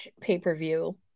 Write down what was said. pay-per-view